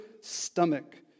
stomach